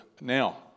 Now